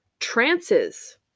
trances